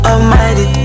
Almighty